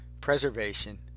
preservation